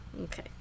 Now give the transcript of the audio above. Okay